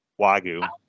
Wagyu